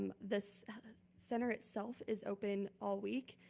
um this center itself is open all week,